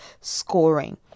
scoring